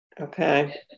okay